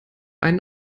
einen